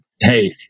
hey